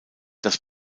das